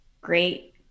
great